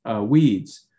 weeds